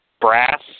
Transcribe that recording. brass